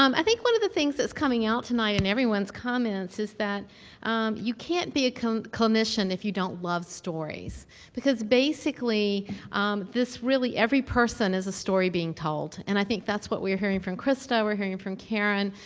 um i think one of the things that's coming out tonight in everyone's comments is that you can't be a clinician if you don't love stories because basically this really every person is a story being told, and i think that's what we're hearing from christa, we're hearing from karen,